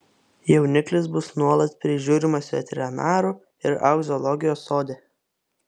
jauniklis bus nuolat prižiūrimas veterinarų ir augs zoologijos sode